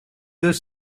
deux